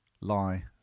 lie